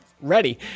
ready